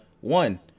One